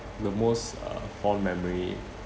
the most uh fond memory